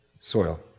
soil